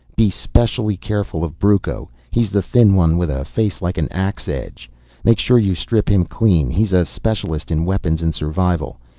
be specially careful of brucco he's the thin one with a face like an ax edge make sure you strip him clean. he's a specialist in weapons and survival.